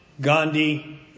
Gandhi